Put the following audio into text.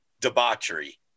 debauchery